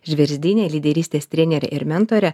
žvirzdine lyderystės trenere ir mentore